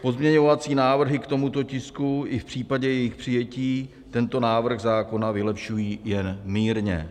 Pozměňovací návrhy k tomuto tisku i v případě jejich přijetí tento návrh zákona vylepšují jen mírně.